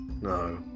No